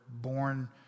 born